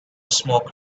smoke